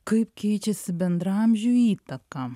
kaip keičiasi bendraamžių įtaka